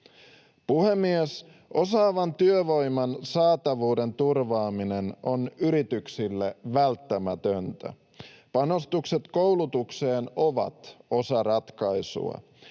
Puhemies! Osaavan työvoiman saatavuuden turvaaminen on yrityksille välttämätöntä. Panostukset koulutukseen ovat osa ratkaisua.